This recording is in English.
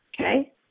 okay